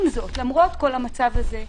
עם זאת, למרות כל המצב הזה,